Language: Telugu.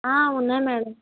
ఉన్నాయి మేడం